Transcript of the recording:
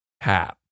hat